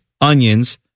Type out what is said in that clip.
onions